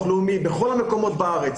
מביטוח לאומי ומכל המקומות בארץ